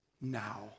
now